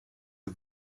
you